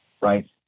right